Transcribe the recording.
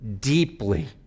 deeply